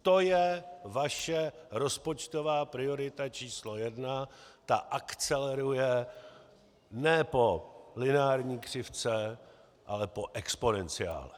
To je vaše rozpočtová priorita číslo jedna, ta akceleruje ne po lineární křivce, ale po exponenciále.